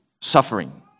suffering